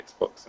Xbox